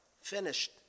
Finished